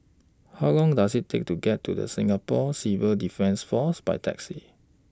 How Long Does IT Take to get to The Singapore Civil Defence Force By Taxi